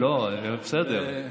בסדר.